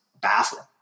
baffling